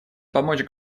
помочь